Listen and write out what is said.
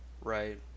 Right